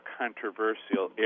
controversial